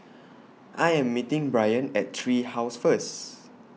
I Am meeting Bryan At Tree House First